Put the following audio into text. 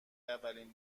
اولین